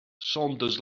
saunders